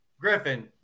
Griffin